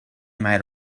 made